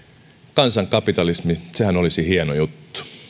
kansankapitalismi sehän olisi hieno juttu